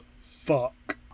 fuck